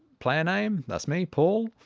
player named that's me paul,